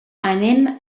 anem